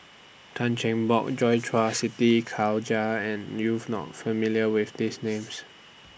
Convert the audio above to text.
Tan Cheng Bock Joi Chua Siti Khalijah and not familiar with These Names